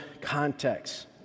context